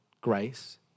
grace